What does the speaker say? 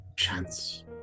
Chance